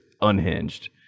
unhinged